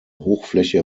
hochfläche